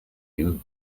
you